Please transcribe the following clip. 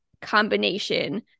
combination